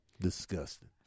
Disgusting